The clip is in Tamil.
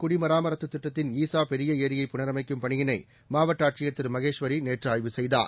குடிமராமத்துதிட்டத்தின் ஈசாபெரியஏரியை திருவள்ளூர் புனரமைக்கும் பணியினைமாவட்ட ஆட்சியர் திருமகேஸ்வரிநேற்றுஆய்வு செய்தார்